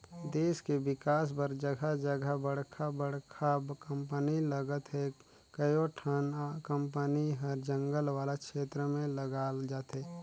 देस के बिकास बर जघा जघा बड़का बड़का कंपनी लगत हे, कयोठन कंपनी हर जंगल वाला छेत्र में लगाल जाथे